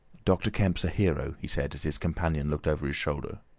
doctor kemp's a hero, he said, as his companion looked over his shoulder.